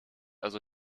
also